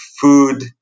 food